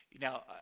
Now